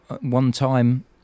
one-time